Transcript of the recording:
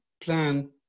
plan